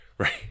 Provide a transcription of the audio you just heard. Right